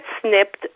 snipped